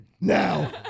Now